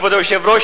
כבוד היושב-ראש,